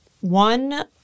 one